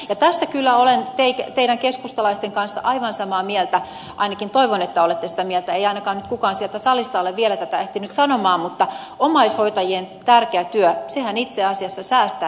tässä olen kyllä teidän keskustalaisten kanssa aivan samaa mieltä ainakin toivon että olette sitä mieltä ei ainakaan nyt kukaan sieltä salista ole vielä tätä ehtinyt sanomaan että omaishoitajien tärkeä työhän itse asiassa säästää yhteiskunnan varoja